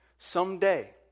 Someday